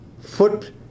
foot